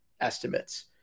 estimates